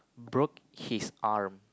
broke his arm